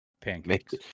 Pancakes